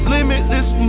Limitless